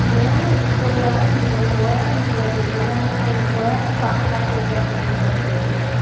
মোৰ পৰিয়ালত ময়ে মুৰব্বী মানে মোৰ ময়ে চোৱা চিতা কৰিব লাগে জীৱ জন্তুবিলাক